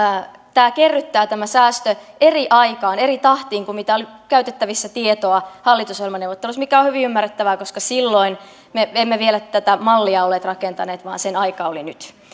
tämä säästö kerryttää eri aikaan eri tahtiin kuin mitä oli käytettävissä tietoa hallitusohjelmaneuvotteluissa mikä oli hyvin ymmärrettävää koska silloin me me emme vielä tätä mallia olleet rakentaneet vaan sen aika oli nyt